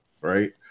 right